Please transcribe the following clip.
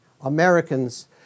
Americans